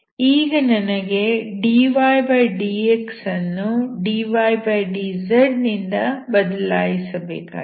ಈಗ ನನಗೆ dydx ಅನ್ನು dydz ನಿಂದ ಬದಲಾಯಿಸಬೇಕಾಗಿದೆ